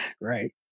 Right